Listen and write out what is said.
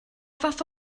fath